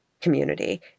community